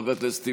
חבר הכנסת טיבי,